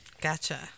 gotcha